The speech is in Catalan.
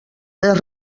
més